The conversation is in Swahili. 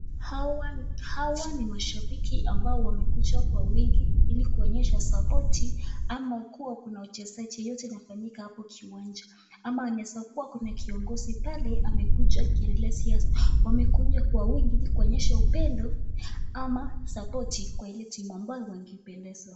Hawa ni mashabiki ambao wamekuja kwa wingi ili kuonyesha sapoti ama kuwa kuna mchezo wowote unafanyika pale kiwanja. Ama inaweza kuwa kuna kiongozi pale amekuja. Wamekuja kwa wingi ili kuonyesha upendo ama sapoti kwa ile timu ambayo wangependeza.